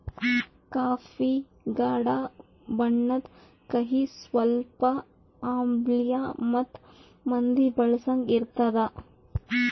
coffee ಗಾಢ ಬಣ್ಣುದ್, ಕಹಿ, ಸ್ವಲ್ಪ ಆಮ್ಲಿಯ ಮತ್ತ ಮಂದಿ ಬಳಸಂಗ್ ಇರ್ತದ